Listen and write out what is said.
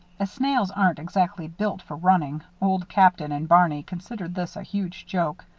as snails aren't exactly built for running, old captain and barney considered this a huge joke.